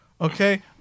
okay